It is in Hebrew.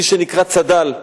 מי שנקרא צד"ל.